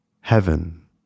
Heaven